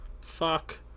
fuck